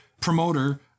promoter